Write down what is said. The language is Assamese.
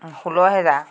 ষোল্ল হেজাৰ